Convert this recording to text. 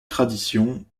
tradition